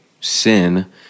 sin